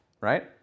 Right